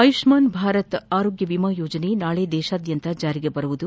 ಆಯುಪ್ನಾನ್ ಭಾರತ ಆರೋಗ್ಲ ವಿಮಾ ಯೋಜನೆ ನಾಳೆ ದೇತಾದ್ಲಂತ ಜಾರಿಗೆ ಬರಲಿದೆ